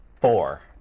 four